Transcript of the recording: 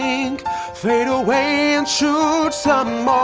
tank fade away and shoot some